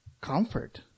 comfort